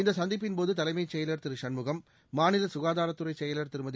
இந்தசந்திப்பின் போது தலைமைச் செயலர் திரு சண்முகம் மாநிலசுகாதாரத்துறைசெயலர் திருமதி